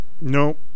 No